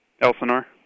Elsinore